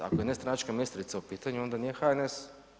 Ako je nestranačka ministrica u pitanju, onda nije HNS.